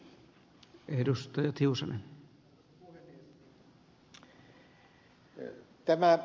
arvoisa puhemies